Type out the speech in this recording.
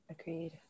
Agreed